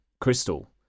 Crystal